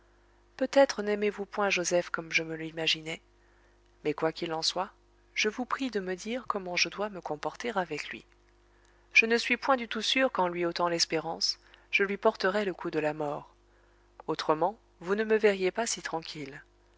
peut-être n'aimez-vous point joseph comme je me l'imaginais mais quoi qu'il en soit je vous prie de me dire comment je dois me comporter avec lui je ne suis point du tout sûre qu'en lui ôtant l'espérance je lui porterais le coup de la mort autrement vous ne me verriez pas si tranquille